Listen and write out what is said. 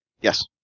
Yes